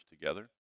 together